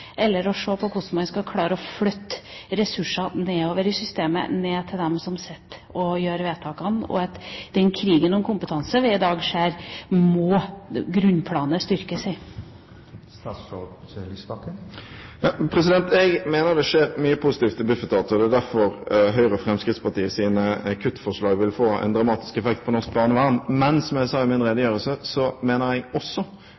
eller å se på hvordan man skal klare å flytte ressurser nedover i systemet, ned til dem som sitter og gjør vedtakene. I den krigen om kompetanse vi i dag ser, må grunnplanet styrkes. Jeg mener det skjer mye positivt i Bufetat. Det er derfor Høyres og Fremskrittspartiets kuttforslag vil få dramatisk effekt på norsk barnevern. Men som jeg sa i min redegjørelse, mener jeg også